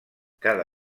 cada